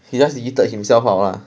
he just yeeted himself out lah